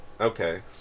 Okay